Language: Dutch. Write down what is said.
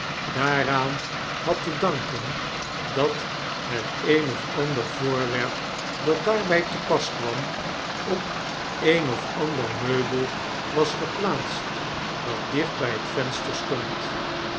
daaraan had te danken dat het een of ander voorwerp dat daarbij te pas kwam op een of ander meubel was geplaatst dat dicht bjj het venster stond